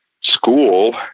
school